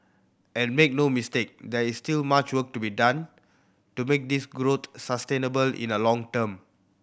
and make no mistake there is still much work to be done to make this growth sustainable in the long term